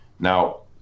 Now